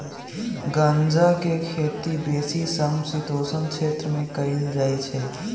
गञजा के खेती बेशी समशीतोष्ण क्षेत्र में कएल जाइ छइ